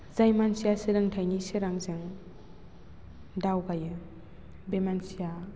जाय मानसिया सोलोंथाइनि सोरांजों दावगायो बे मानसिया